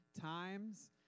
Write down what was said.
times